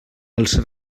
els